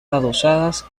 adosadas